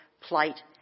plight